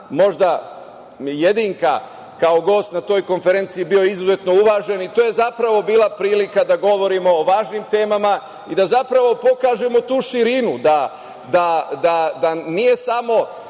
možda jedinka kao gost na toj konferenciji bio izuzetno uvažen. To je zapravo bila prilika da govorimo o važnim temama i da pokažemo tu širinu, da nije samo